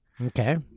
Okay